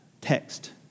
text